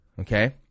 okay